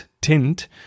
tint